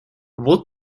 вот